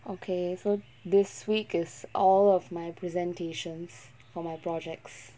okay so this week is all of my presentations for my projects